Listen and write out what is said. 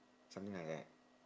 something like that